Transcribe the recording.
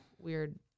weird